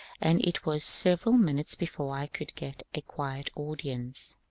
and it was several minutes before i could get a quiet audience.